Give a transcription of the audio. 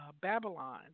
Babylon